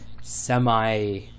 semi